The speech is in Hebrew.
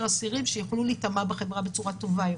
אסירים שיוכלו להיטמע בחברה בצורה טובה יותר.